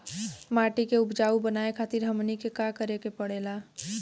माटी के उपजाऊ बनावे खातिर हमनी के का करें के पढ़ेला?